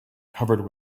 covered